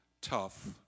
tough